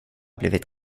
blivit